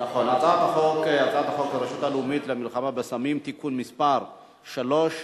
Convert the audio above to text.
הצעת חוק שחרור על-תנאי ממאסר (תיקון מס' 13)